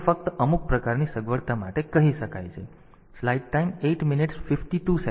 તેથી તે ફક્ત અમુક પ્રકારની સગવડતા માટે કહી શકાય છે